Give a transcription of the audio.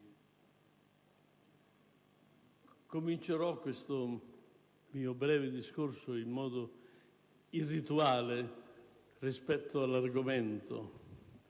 comincerò questo mio breve discorso in modo irrituale rispetto all'argomento